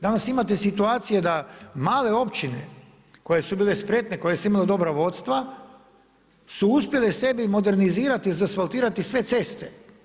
Danas, imate situacije da male općine, koje su bile spretne, koje su imala dobra vodstva, su uspjele sebi modernizirati izasfaltirati sve ceste.